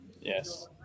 Yes